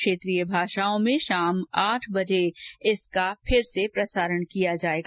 क्षेत्रीय भाषाओं में शाम आठ बजे इसका पुनः प्रसारण भी किया जाएगा